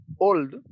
old